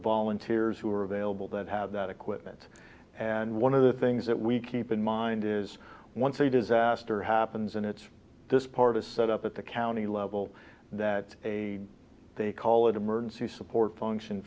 volunteers who are available that have that equipment and one of the things that we keep in mind is once a disaster happens and it's this part a set up at the county level that a they call it emergency support function